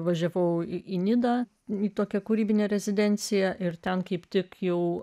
važiavau į nidą į tokią kūrybinę rezidenciją ir ten kaip tik jau